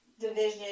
division